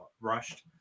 rushed